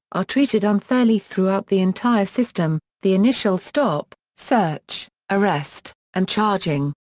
are treated unfairly throughout the entire system the initial stop, search, arrest, and charging.